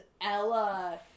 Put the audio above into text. Ella